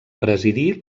presidí